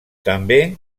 també